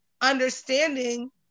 understanding